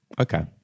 Okay